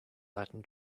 latin